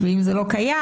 ואם זה לא קיים,